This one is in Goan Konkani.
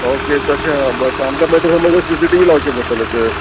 ओके तशें आमकां मागीर तसो म्हजे सीसीटीवी लावचें पडटलें तर